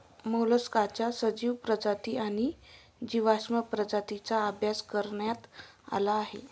मोलस्काच्या सजीव प्रजाती आणि जीवाश्म प्रजातींचा अभ्यास करण्यात आला आहे